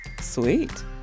Sweet